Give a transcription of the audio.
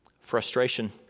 frustration